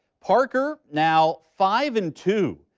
parker now five, and two,